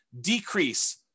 decrease